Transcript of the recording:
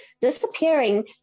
disappearing